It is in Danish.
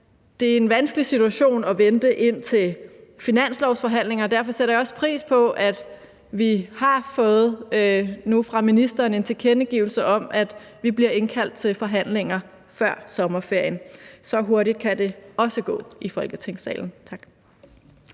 det er en vanskelig situation at vente indtil finanslovsforhandlingerne, og derfor sætter jeg også pris på, at vi nu fra ministeren har fået en tilkendegivelse om, at vi bliver indkaldt til forhandlinger før sommerferien. Så hurtigt kan det også gå i Folketingssalen. Tak.